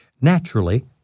naturally